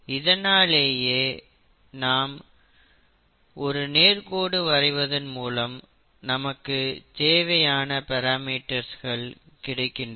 இதனாலேயே நாம் ஒரு நேர் கோடு வரைவதன் மூலம் நமக்கு தேவையான பிராமீட்டர்ஸ் கிடைக்கின்றன